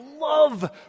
love